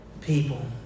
people